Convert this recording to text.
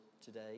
today